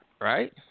right